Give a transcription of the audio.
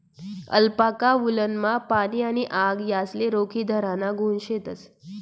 alpaca वुलनमा पाणी आणि आग यासले रोखीधराना गुण शेतस